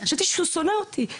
חשבתי שהוא שונא אותי.